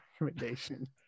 recommendation